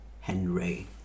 Henry